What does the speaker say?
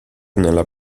nella